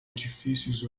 edifícios